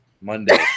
Monday